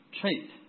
trait